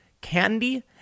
candy